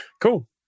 Cool